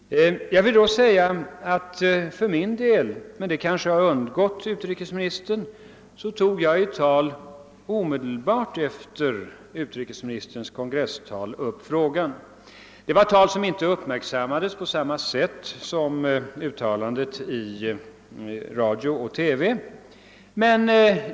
För min del tog jag i ett tal omedelbart efter utrikesministerns kongressanförande upp frågan, men det har kanske undgått herr Nilsson. Det var ett tal som inte uppmärksammades på samma sätt som uttalandet i radio och TV.